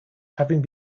having